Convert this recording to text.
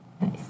Nice